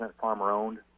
farmer-owned